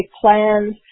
plans